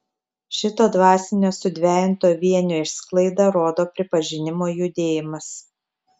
šito dvasinio sudvejinto vienio išsklaidą rodo pripažinimo judėjimas